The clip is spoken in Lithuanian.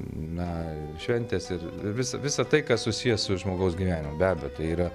na šventės ir ir visa visa tai kas susiję su žmogaus gyvenimu be abejo tai yra